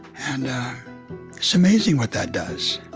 and it's amazing what that does